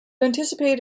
anticipate